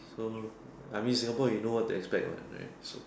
so I mean Singapore you know what to expect what right so